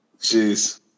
Jeez